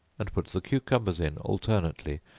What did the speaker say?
and put the cucumbers in alternately,